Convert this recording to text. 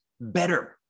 better